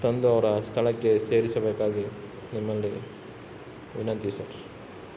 ತಂದು ಅವರ ಸ್ಥಳಕ್ಕೆ ಸೇರಿಸಬೇಕಾಗಿ ನಿಮ್ಮಲ್ಲಿ ವಿನಂತಿ ಸರ್